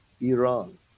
Iran